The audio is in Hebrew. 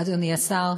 אדוני השר,